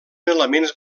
elements